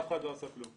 אף אחד לא עשה כלום.